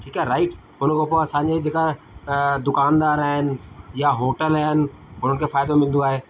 ठीकु आहे राइट रुॻो पोइ असांजे जेका दुकानदार आहिनि या होटल आहिनि उन्हनि खे फ़ाइदो मिलंदो आहे